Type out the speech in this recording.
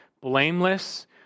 blameless